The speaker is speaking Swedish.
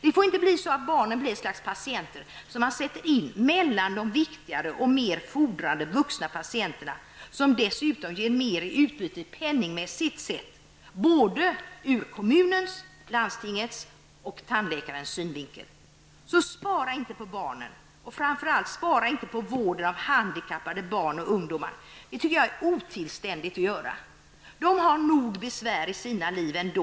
Det får inte bli så, att barnen blir ett slags patienter som man sätter in mellan viktigare och mer fordrande vuxna patienter, vilka dessutom ger ett större utbyte penningmässigt såväl kommunens och landstingens synvinkel som tandläkarens synvinkel. Spara alltså inte på barnen! Och framför allt: Spara inte in på vården av handikappade barn och ungdomar! Jag tycker att det vore otillständigt att göra något sådant. Dessa grupper har nog av besvär i sina liv ändå.